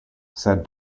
said